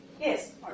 Yes